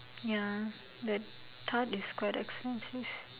ya the tart is quite expensive